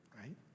right